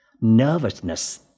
nervousness